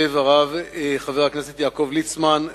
כותב הרב חבר הכנסת יעקב ליצמן,